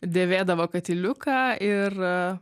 dėvėdavo katiliuką ir